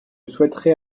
souhaiterais